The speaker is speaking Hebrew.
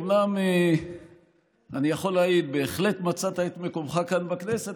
אומנם אני יכול להעיד שבהחלט מצאת את מקומך כאן בכנסת,